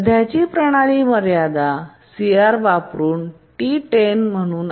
सध्याची प्रणाली मर्यादा CR वापरुन T10 म्हणून अद्याप 10 आहे